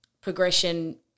progression